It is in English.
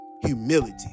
Humility